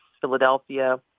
Philadelphia